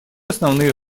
основные